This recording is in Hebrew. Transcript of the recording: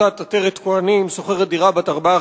עמותת "עטרת כוהנים" שוכרת דירה בת ארבעה